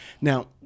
Now